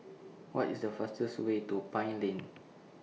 What IS The fastest Way to Pine Lane